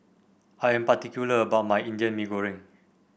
I am particular about my Indian Mee Goreng